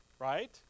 right